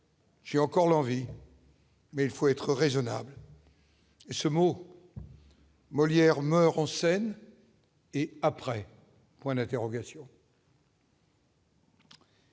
J'ai encore l'envie. Mais il faut être raisonnables. Et ce mot Molière meurt en scène et après, point d'interrogation.